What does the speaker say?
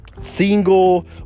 Single